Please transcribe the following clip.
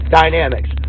dynamics